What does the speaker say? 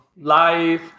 life